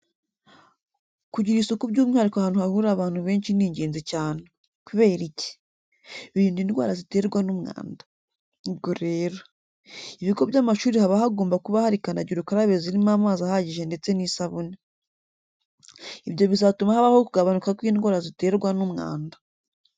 Kugira isuku by'umwihariko ahantu hahurira abantu benshi ni ingenzi cyane. Kubera iki? Birinda indwara ziterwa n'umwanda. Ubwo rero, ibigo by'amashuri haba hagomba kuba hari kandagira ukarabe zirimo amazi ahagije ndetse n'isabune. Ibyo bizatuma habaho ukugabanuka kw'indwara ziterwa n'umwanda.